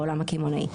בעולם הקמעונאי,